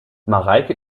mareike